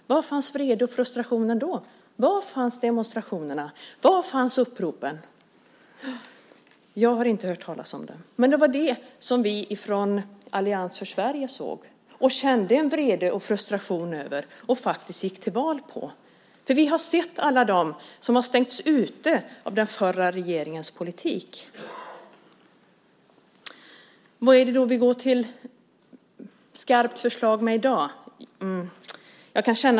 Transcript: Var fanns vreden och frustrationen då? Var fanns demonstrationerna? Var fanns uppropen? Jag har inte hört talas om dem. Men det var detta som vi i Allians för Sverige såg och kände en vrede och frustration över och faktiskt gick till val på. Vi har sett alla dem som har stängts ute av den förra regeringens politik. Vad har vi då för skarpt förslag i dag?